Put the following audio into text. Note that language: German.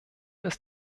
ist